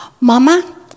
Mama